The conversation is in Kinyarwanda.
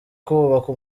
kubaka